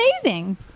amazing